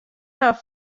hawwe